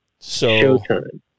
Showtime